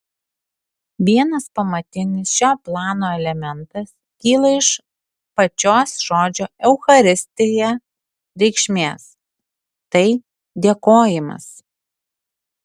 vienas pamatinis šio plano elementas kyla iš pačios žodžio eucharistija reikšmės tai dėkojimas